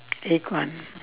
egg one